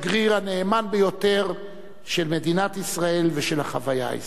הנאמן ביותר של מדינת ישראל ושל החוויה הישראלית.